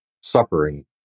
suffering